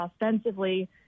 offensively